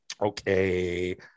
Okay